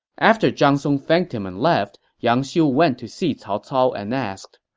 after zhang song thanked him and left, yang xiu went to see cao cao and asked,